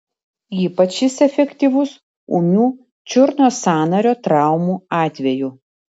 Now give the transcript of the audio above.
ypač jis efektyvus ūmių čiurnos sąnario traumų atveju